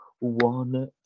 one